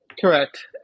correct